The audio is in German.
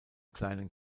kleinen